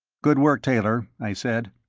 good work, taylor, i said.